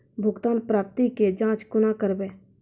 भुगतान प्राप्ति के जाँच कूना करवै?